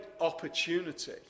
opportunity